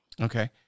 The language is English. Okay